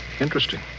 interesting